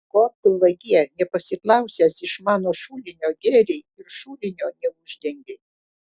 ko tu vagie nepasiklausęs iš mano šulinio gėrei ir šulinio neuždengei